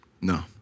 No